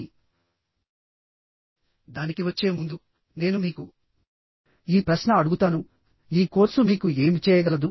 కానీ నేను మరోసారి దానికి వచ్చే ముందు నేను మీకు ఈ ప్రశ్న అడుగుతాను ఈ కోర్సు మీకు ఏమి చేయగలదు